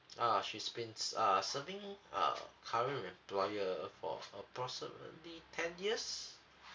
uh she's been uh serving uh current employer for approximately ten years